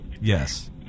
Yes